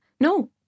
No